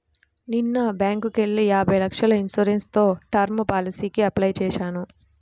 నిన్న బ్యేంకుకెళ్ళి యాభై లక్షల ఇన్సూరెన్స్ తో టర్మ్ పాలసీకి అప్లై చేశాను